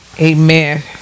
Amen